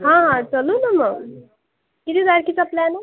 हा चलू ना मग किती तारखेचा प्लान आहे